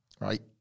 right